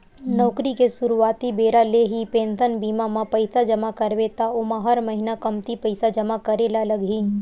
नउकरी के सुरवाती बेरा ले ही पेंसन बीमा म पइसा जमा करबे त ओमा हर महिना कमती पइसा जमा करे ल लगही